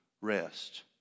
rest